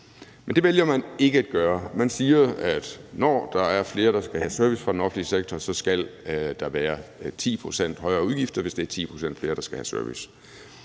Men det vælger man ikke at gøre. Man siger, at når der er flere, der skal have service fra den offentlige sektor, så skal der være 10 pct. højere udgifter, hvis det er 10 pct. flere, der skal have service.